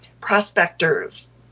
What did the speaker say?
prospectors